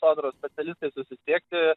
sodros specialistais susisiekti